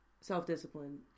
Self-discipline